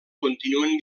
continuen